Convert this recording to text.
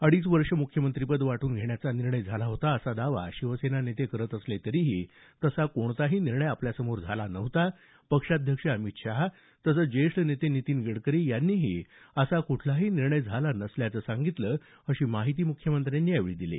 अडीच वर्षे मुख्यमंत्रिपद वाटून घेण्याचा निर्णय झाला होता असा दावा शिवसेना नेते करत असले तरीही तसा कोणताही निर्णय आपल्यासमोर झाला नव्हता पक्षाध्यक्ष अमित शहा तसंच ज्येष्ठ नेते नितीन गडकरी यांनीही असा कुठलाही निर्णय झाला नसल्याचं सांगितलं अशी माहिती मुख्यमंत्र्यांनी यावेळी दिली